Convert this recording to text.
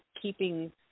keeping